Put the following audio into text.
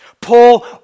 Paul